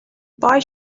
why